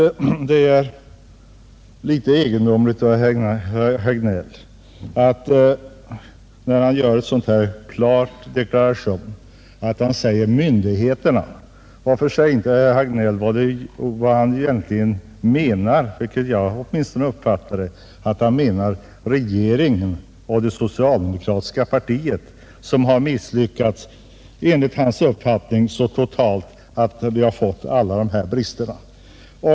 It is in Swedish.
Det är egendomligt att herr Hagnell i denna klara deklaration använder ordet ”myndigheterna”. Varför säger inte herr Hagnell — som jag förmodar att han menar — att det är ”regeringen” och ”det socialdemokratiska partiet”, som enligt hans uppfattning har misslyckats så totalt att vi fått alla dessa brister.